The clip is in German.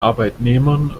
arbeitnehmern